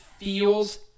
feels